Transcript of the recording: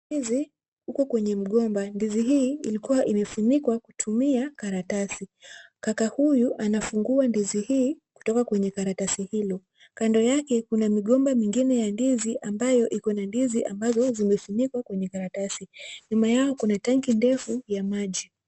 Ndizi iko kwenye mgomba. Ndizi hii ilikuwa imefunikwa kutumia karatasi. Kaka huyu anafungua ndizi hii kutoka kwenye karatasi hili. Kando yake kuna migomba mingine ya ndizi ambayo iko na ndizi ambazo zimefunikwa kwenye karatasi. Nyuma yao kuna tangi ndefu ya maji.